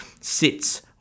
Sits